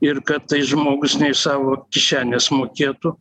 ir kad tai žmogus ne iš savo kišenės mokėtų